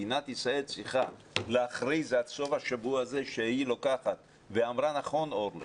מדינת ישראל צריכה להכריז עד סוף השבוע הזה ואמרה נכון אורלי